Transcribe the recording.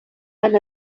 han